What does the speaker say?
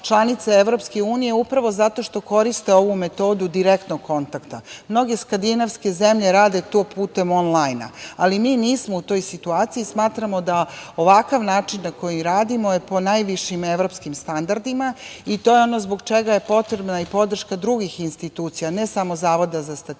članice EU, a upravo zato što koriste ovu metodu direktnog kontakta. Mnoge skandinavske zemlje rade putem onlajna, ali mi nismo u toj situaciji i smatramo da ovakav način na koji radimo je po najvišim evropskim standardima. To je ono što zbog čega je potrebna podrška drugih institucija, ne samo Zavoda za statistiku,